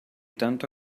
tanto